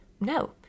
No